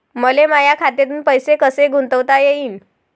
मले माया खात्यातून पैसे कसे गुंतवता येईन?